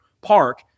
park